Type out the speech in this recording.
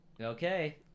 Okay